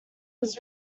was